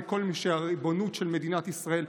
כל מי שהריבונות של מדינת ישראל,